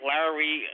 Larry